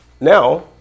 Now